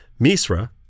Misra